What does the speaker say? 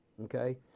Okay